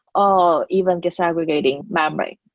or even disaggregating memory.